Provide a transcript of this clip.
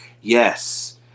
Yes